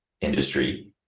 industry